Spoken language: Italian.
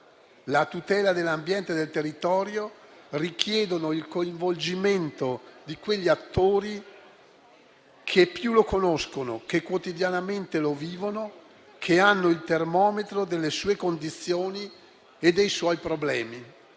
La tutela dell'ambiente e del territorio richiedono il coinvolgimento di quegli attori che più lo conoscono, che quotidianamente lo vivono, che hanno il termometro delle sue condizioni e dei suoi problemi.